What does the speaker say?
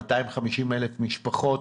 250,000 משפחות